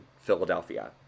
Philadelphia